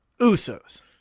Usos